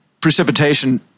precipitation